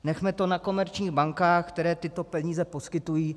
Nechme to na komerčních bankách, které tyto peníze poskytují.